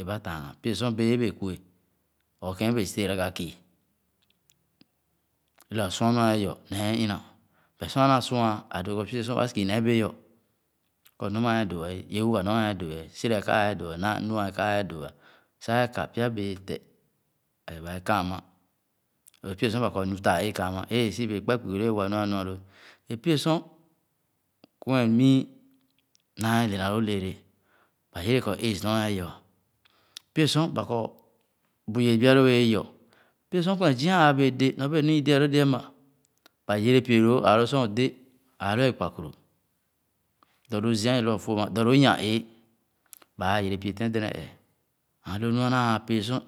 é ba taaghàn, pye sor bee é bèè kue or kẽn é bèè sie gara kii, lõ a´sua nu aa ye yɔ, nee ina. But sor a´naa sua, ã dõõ kɔ pye-sor ba si´ne bẽ yor kɔ numa ã ye dõõ é, ye wuga ã a´doo, sira ye ka, álé dõõ, ã, nua. ye ka ã´e, dõõ à, sàà ye ka, pya bẽ ye téh, ale bae kàà mã or pye sor ba bɔ nu taa éé- kàà mã, é sibe kpɛ kpuezi lõ e´wa nu zuma lõ Pye-sor, kwene mii, naa ye le na lõõ leele, ba yere dee kɔ AIDS nɔ aa ye yɔ´a. Pye-sor ba kɔ bu ye bia lõõ béé ye yɔ. Pye-sor kwene zia aa´bèè dé nɔ bèè nu i dè alõõ déé amà, ba yere pie lõõ, ãã lõ sor o´dé, aa lõõ ékpakuru, dɔ lõõ zia é lu ã fõh ama, dɔ lõõ nya-éé, baa yere pie tɛn dɛdɛn-ee and lõ nu´a naa aa pèè sor